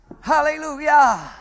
Hallelujah